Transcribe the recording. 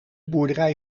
boerderij